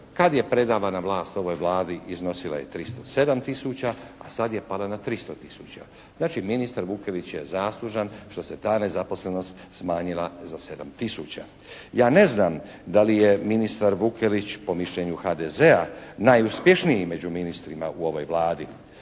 Kad je predana na vlast ovoj Vladi iznosila je 307 tisuća a sad je pala na 300 tisuća. Znači, ministar Vukelić je zaslužan što se ta nezaposlenost smanjila za 7 tisuća. Ja ne znam da li je ministar Vukelić po mišljenju HDZ-a najuspješniji među ministrima u ovoj Vladi